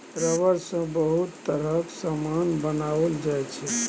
rubber सँ बहुत तरहक समान बनाओल जाइ छै